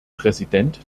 präsident